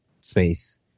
space